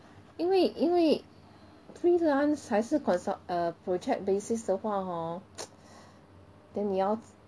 因为因为 freelance 还是 consult err project basis 的话 hor then 你要